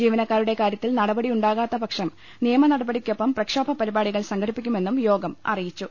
ജീവനക്കാരുടെ കാര്യത്തിൽ നടപടി യുണ്ടാകാത്ത പക്ഷം നിയമ നടപടിക്കൊപ്പം പ്രക്ഷോഭ പരിപാടികൾ സംഘടിപ്പിക്കുമെന്നും യോഗം അറിയിച്ചു